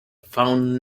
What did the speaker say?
found